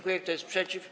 Kto jest przeciw?